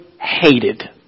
hated